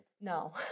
no